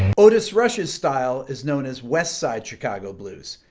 otice russia's style is known as west side chicago blues.